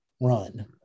run